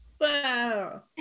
Wow